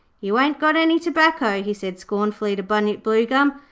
you ain't got any tobacco he said scornfully to bunyip bluegum.